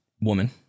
woman